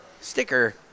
sticker